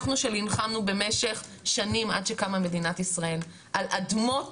אנחנו שנלחמנו במשך שנים עד שקמה מדינת ישראל על אדמות